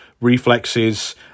reflexes